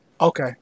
Okay